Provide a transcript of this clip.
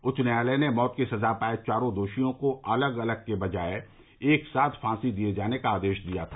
उच्च न्यायालय ने मौत की सजा पाये चारों दोषियों को अलग अलग के बजाय एक साथ फांसी दिए जाने का आदेश दिया था